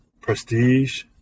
Prestige